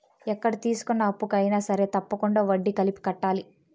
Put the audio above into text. ఎక్కడ తీసుకున్న అప్పుకు అయినా సరే తప్పకుండా వడ్డీ కలిపి కట్టాలి